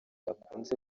akunze